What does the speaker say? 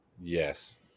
Yes